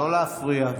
לא להפריע.